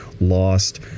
lost